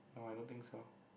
no I don't think so